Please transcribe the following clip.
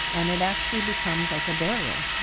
and it actually becomes like a barrier.